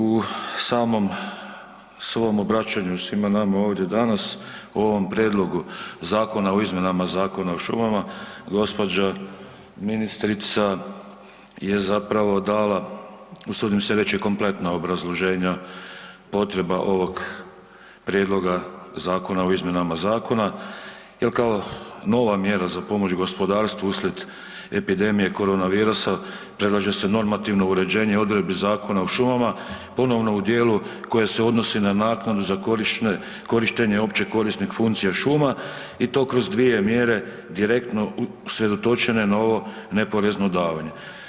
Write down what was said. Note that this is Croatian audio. U samom svom obraćanju svima nama ovdje danas o ovom Prijedlogu zakona o izmjenama Zakona o šumama gospođa ministrica je zapravo dala osudim se reći kompletna obrazloženja potreba ovoga Prijedloga zakona o izmjenama Zakona jer kao nova mjera za pomoć gospodarstvu uslijed epidemije korona virusa predlaže se normativno uređenje odredbi Zakona o šumama ponovno u dijelu koje se odnosi na naknadu za korištenje općekorisnih funkcija šuma i to kroz dvije mjere direktno usredotočene na ovo neporezno davanje.